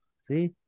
see